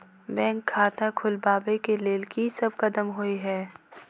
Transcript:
Bank खाता खोलबाबै केँ लेल की सब कदम होइ हय?